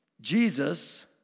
Jesus